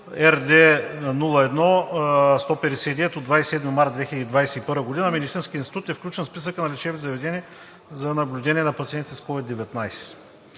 РД-01-159 от 27 март 2021 г. Медицинският институт е включен в списъка на лечебните заведения за наблюдение на пациенти с COVID-19